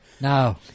No